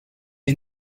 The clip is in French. est